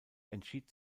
entschied